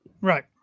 Right